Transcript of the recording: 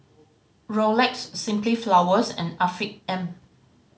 Rolex Simply Flowers and Afiq M